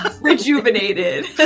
Rejuvenated